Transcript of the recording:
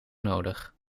nodig